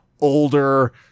older